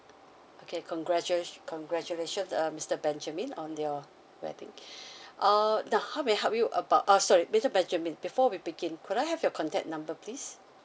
okay congratula~ congratulations uh mister benjamin on your wedding uh now how may I help you about uh sorry mister benjamin before we begin could I have your contact number please